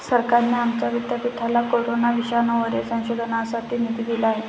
सरकारने आमच्या विद्यापीठाला कोरोना विषाणूवरील संशोधनासाठी निधी दिला आहे